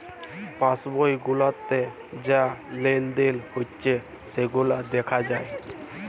pass বই গুলাতে যা লেলদেল হচ্যে সেগুলা দ্যাখা যায়